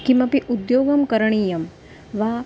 किमपि उद्योगं करणीयं वा